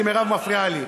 כי מירב מפריעה לי.